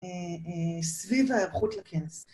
סביב ההיארחות לכנס.